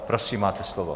Prosím, máte slovo.